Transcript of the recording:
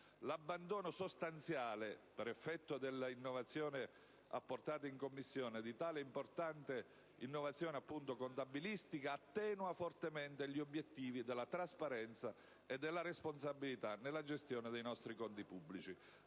L'abbandono sostanziale, per effetto della innovazione apportata in Commissione, di tale importante novità contabilistica attenua fortemente gli obiettivi della trasparenza e della responsabilità nella gestione dei nostri conti pubblici.